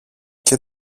και